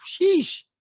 Sheesh